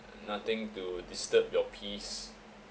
nothing to disturb your peace